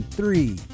three